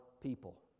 people